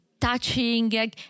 touching